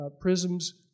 prisms